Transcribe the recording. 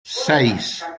seis